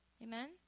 Amen